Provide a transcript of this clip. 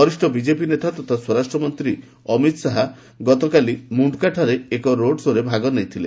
ବରିଷ୍ଣ ବିଜେପି ନେତା ତଥା ସ୍ୱରାଷ୍ଟ୍ରମନ୍ତ୍ରୀ ଅମିତ ଶାହା ଗତକାଲି ମୁଣ୍ଡକାଠାରେ ଏକ ରୋଡ୍ ଶୋ'ରେ ଭାଗ ନେଇଥିଲେ